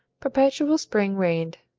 perpetual spring reigned,